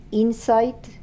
inside